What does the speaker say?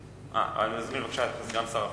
אני מזמין בבקשה את סגן שר החוץ.